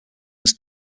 was